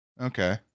Okay